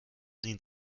den